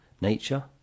nature